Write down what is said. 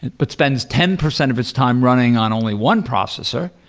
but spends ten percent of its time running on only one processor,